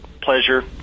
pleasure